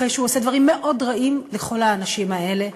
אחרי שהוא עושה דברים מאוד רעים לכל האנשים האלה,